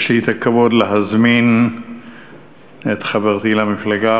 יש לי הכבוד להזמין את חברתי למפלגה,